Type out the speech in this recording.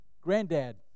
Granddad